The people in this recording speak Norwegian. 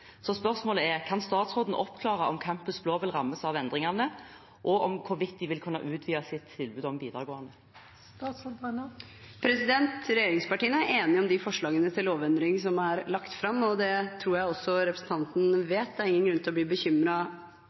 Så spørsmålet er: Kan statsråden oppklare om Campus BLÅ vil rammes av endringene, og hvorvidt de vil kunne utvide tilbudet sitt på videregående? Regjeringspartiene er enige om de forslagene til lovendring som er lagt fram, og det tror jeg også at representanten Hagerup vet. Det er heller ingen grunn til å bli